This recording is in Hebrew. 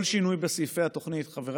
כל שינוי בסעיפי התוכנית שמוצגים כאן,